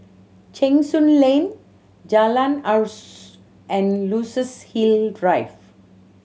Cheng Soon Lane Jalan and Luxus Hill Drive